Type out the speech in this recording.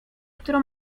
które